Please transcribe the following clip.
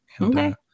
Okay